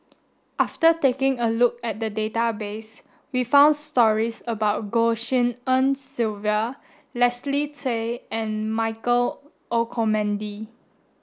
after taking a look at the database we found stories about Goh Tshin En Sylvia Leslie Tay and Michael Olcomendy